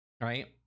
right